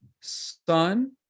sun